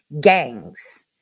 gangs